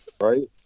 Right